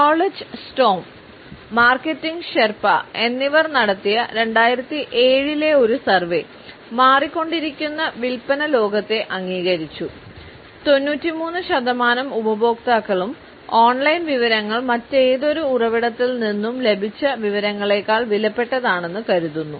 knowledge storm എന്നിവർ നടത്തിയ 2007 ലെ ഒരു സർവേ മാറിക്കൊണ്ടിരിക്കുന്ന വിൽപ്പന ലോകത്തെ അംഗീകരിച്ചു 93 ശതമാനം ഉപഭോക്താക്കളും ഓൺലൈൻ വിവരങ്ങൾ മറ്റേതൊരു ഉറവിടത്തിൽ നിന്നും ലഭിച്ച വിവരങ്ങളെക്കാൾ വിലപ്പെട്ടതാണെന്ന് കരുതുന്നു